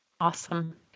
Awesome